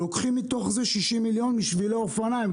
לוקחים מתוך זה 60 מיליון משבילי אופניים,